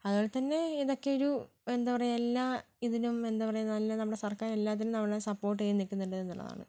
അതുപോലെതന്നെ ഇതൊക്കെ ഒരു എന്താണ് പറയുക എല്ലാ ഇതിനും എന്താണ് പറയുക നല്ല നമ്മുടെ സർക്കാർ എല്ലാത്തിനും നമ്മളെ സപ്പോർട്ട് ചെയ്യാൻ നില്ക്കുന്നുണ്ടെന്നുള്ളതാണ്